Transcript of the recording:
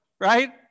right